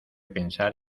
pensar